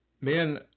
men